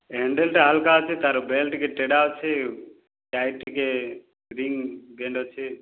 ହାଣ୍ଡେଲ୍ଟା ହାଲକା ଅଛି ତା'ର ବେଲ୍ଟ ଟିକେ ତେଢ଼ା ଅଛି ସ୍ପ୍ରିଙ୍ଗ ବେଣ୍ଡ ଅଛି